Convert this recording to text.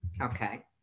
Okay